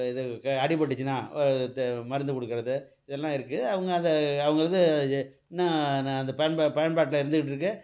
இது க அடிபட்டுருச்சுனா தே மருந்து கொடுக்கறது இதெல்லாம் இருக்குது அவங்க அதை அவங்க வந்து ஏ இன்னும் ந அந்த பயன்ப பயன்பாட்டில் இருந்துகிட்டுருக்கு